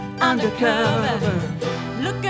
undercover